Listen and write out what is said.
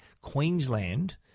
Queensland